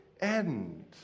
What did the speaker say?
end